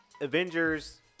Avengers